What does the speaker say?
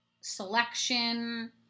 selection